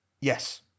Yes